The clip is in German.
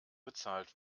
bezahlt